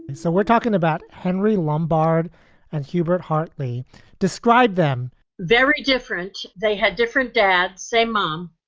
so we're talking about henry lombardo and hubert hartley describe them very different. they had different dads, same mom.